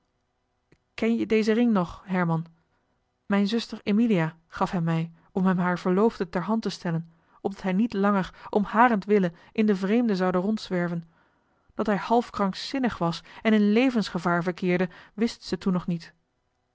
ken je dezen ring nog herman mijne zuster emilia gaf hem mij orn hem haar verloofde ter hand te stellen opdat hij niet langer om harentwille in den vreemde zoude rondzwerven dat hij half krankzinnig was en in levensgevaar verkeerde wist ze toen nog niet